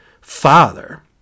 father